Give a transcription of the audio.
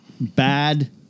bad